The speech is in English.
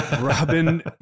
Robin